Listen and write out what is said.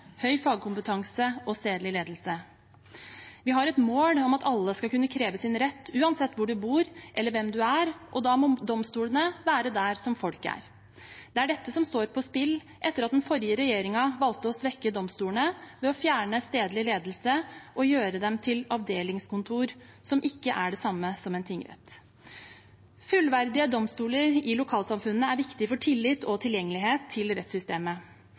høy fagkompetanse og stedlig ledelse. Vi har et mål om at alle skal kunne kreve sin rett uansett hvor man bor, eller hvem man er, og da må domstolene være der folk er. Det er dette som står på spill etter at den forrige regjeringen valgte å svekke domstolene ved å fjerne stedlig ledelse og gjøre dem til avdelingskontor, som ikke er det samme som en tingrett. Fullverdige domstoler i lokalsamfunnene er viktig for tillit og tilgjengelighet til rettssystemet.